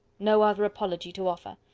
no other apology to offer.